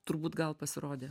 turbūt gal pasirodė